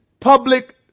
public